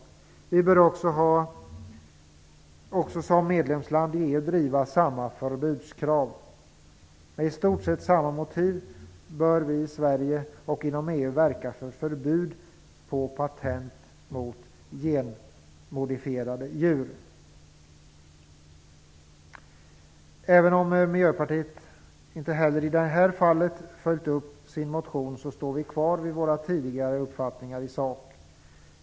Sverige bör också som medlemsland i EU driva samma förbudskrav. Med i stort sett samma motiv bör vi i Sverige och inom EU verka för förbud mot patent på genmodifierade djur. Även om Miljöpartiet inte heller i det här fallet följt upp sin motion, står vi kvar vid våra tidigare uppfattningar i sak.